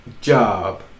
job